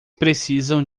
precisam